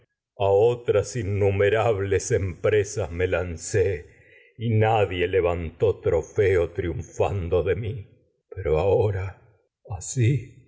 a innumerables feo empresas me de mi lancé y nadie sin levantó tro triunfando de pero ahora asi